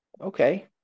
okay